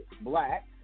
black